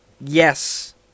yes